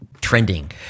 trending